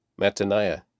Mataniah